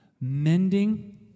Mending